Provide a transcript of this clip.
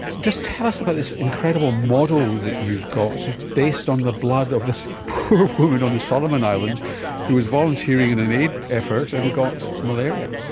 just tell us about this incredible model that you've got based on the blood of this poor woman on the solomon islands who was volunteering in an aid effort and got malaria.